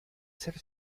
ser